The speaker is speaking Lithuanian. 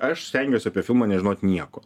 aš stengiuosi apie filmą nežinot nieko